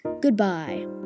goodbye